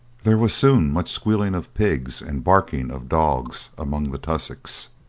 there was soon much squealing of pigs, and barking of dogs among the tussocks.